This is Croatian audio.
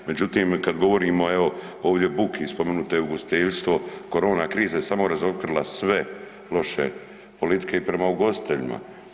Međutim, kad govorimo evo ovdje o buki i spomenuto je ugostiteljstvo, korona kriza je samo razotkrila sve loše politike i prema ugostiteljima.